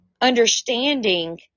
understanding